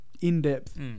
in-depth